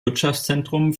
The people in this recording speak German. wirtschaftszentrum